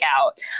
out